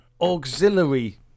Auxiliary